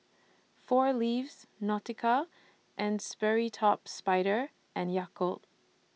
four Leaves Nautica and Sperry Top Sider and Yakult